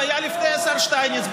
זה היה לפני השר שטייניץ.